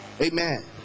Amen